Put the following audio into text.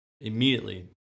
immediately